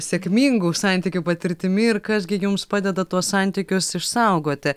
sėkmingų santykių patirtimi ir kas gi jums padeda tuos santykius išsaugoti